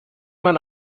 man